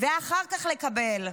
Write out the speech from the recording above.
ואחר כך לקבל.